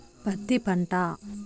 పత్తి పంట